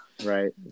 Right